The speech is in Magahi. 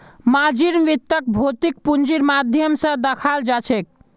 मार्जिन वित्तक भौतिक पूंजीर माध्यम स दखाल जाछेक